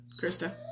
Krista